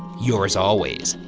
yours always,